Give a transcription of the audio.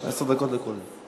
עשר דקות לכל אחד.